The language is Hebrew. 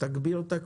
תגביר את הקול.